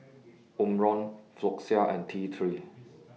Omron Floxia and T three